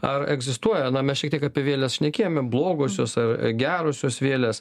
ar egzistuoja na mes šiek tiek apie vėles šnekėjome blogosios ar gerosios vėlės